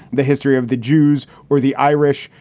the history of the jews or the irish,